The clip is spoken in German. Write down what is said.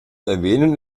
erwähnen